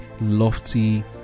lofty